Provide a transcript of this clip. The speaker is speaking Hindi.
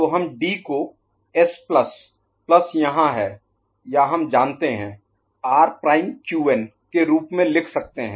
तो हम डी को एस प्लस प्लस यहाँ है या हम जानते हैं आर प्राइम क्यूएन R'Qn के रूप में लिख सकते हैं